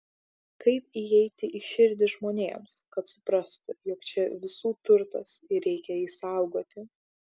kaip įeiti į širdį žmonėms kad suprastų jog čia visų turtas ir reikia jį saugoti